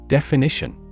Definition